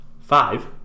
Five